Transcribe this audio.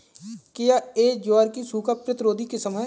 क्या यह ज्वार की सूखा प्रतिरोधी किस्म है?